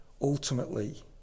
ultimately